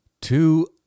Two